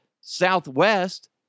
Southwest